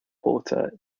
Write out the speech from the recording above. porter